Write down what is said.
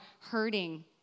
hurting